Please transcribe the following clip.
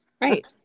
Right